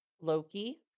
Loki